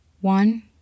one